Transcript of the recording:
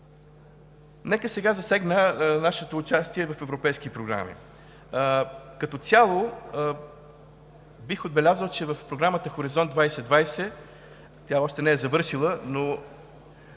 Нека сега засегна нашето участие в европейски програми. Като цяло бих отбелязал, че в Програмата „Хоризонт 2020“ – тя още не е завършила, но